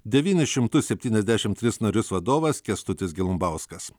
devynis šimtus septyniasdešimt tris narius vadovas kęstutis gelumbauskas